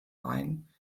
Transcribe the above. main